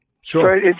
Sure